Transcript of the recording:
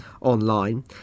online